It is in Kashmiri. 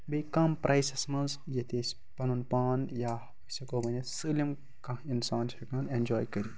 بیٚیہِ کَم پرٛایسَس منٛز ییٚتہِ أسۍ پَنُن پان یا أسۍ ہٮ۪کو ؤنِتھ سٲلِم کانٛہہ اِنسان چھِ ہٮ۪کان اٮ۪نجاے کٔرِتھ